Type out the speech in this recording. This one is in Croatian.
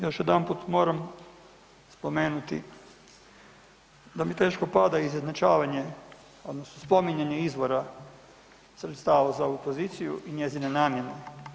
Još jedanput moram spomenuti da mi teško pada izjednačavanje odnosno spominjanje izvora sredstava za ovu poziciju i njezine namjene.